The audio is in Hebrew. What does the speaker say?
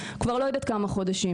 כבר לא יודעת כמה חודשים.